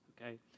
okay